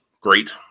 great